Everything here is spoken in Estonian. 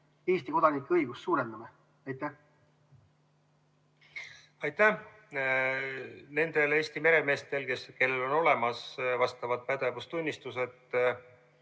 Eesti kodanike õigusi suurendame? Aitäh! Nendel Eesti meremeestel, kellel on olemas vastav pädevustunnistus,